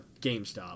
GameStop